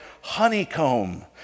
honeycomb